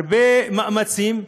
הרבה מאמצים.